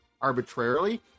arbitrarily